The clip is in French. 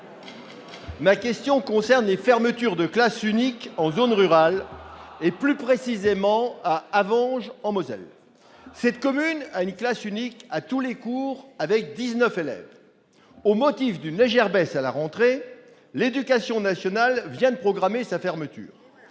ma question concerne les fermetures de classe unique en zone rurale, plus précisément à Havange, en Moselle. Cette commune a une classe unique à tous les cours avec dix-neuf élèves. Au motif d'une légère baisse à la rentrée, l'Éducation nationale vient de programmer sa fermeture.